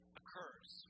occurs